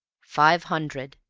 five hundred.